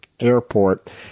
airport